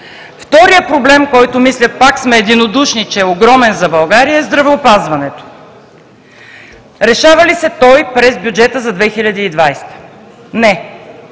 Вторият проблем, който мисля пак сме единодушни, че е огромен за България, е здравеопазването. Решава ли се той през бюджета 2020 г.? Не.